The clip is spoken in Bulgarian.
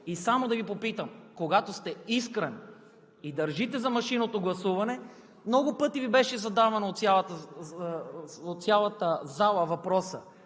И само да Ви попитам: когато сте искрен и държите за машинното гласуване – много пъти Ви беше задаван от цялата зала въпросът: